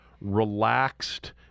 relaxed